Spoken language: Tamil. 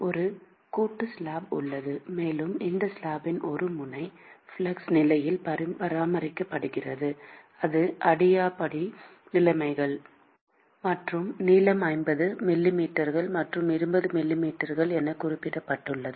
ஒரு கூட்டு ஸ்லாப் உள்ளது மேலும் இந்த ஸ்லாப்பின் ஒரு முனை ஃப்ளக்ஸ் நிலையில் பராமரிக்கப்படுகிறது அது அடியாபாடிக் நிலைமைகள் மற்றும் நீளம் 50 மில்லிமீட்டர்கள் மற்றும் 20 மில்லிமீட்டர்கள் என குறிப்பிடப்பட்டுள்ளது